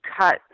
cut